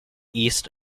east